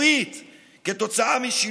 המערכת הביצועית בן אדם שיש לו כתב אישום על